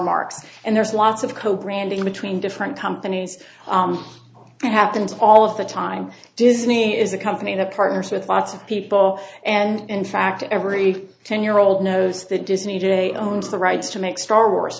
marks and there's lots of code branding between different companies and happens all of the time disney is a company that partners with lots of people and fact every ten year old knows that disney today owns the rights to make star wars